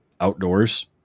outdoors